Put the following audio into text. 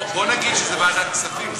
בוא נגיד שזה ועדת כספים.